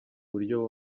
buryo